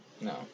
No